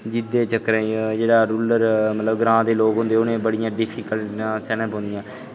जेह्दै चक्करें च जेह्ड़े ग्रांऽ दे लोग होंदे उ'नें बड़ी डिफिकल्टियां सैह्ना पौंदियां